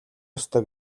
ёстой